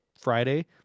Friday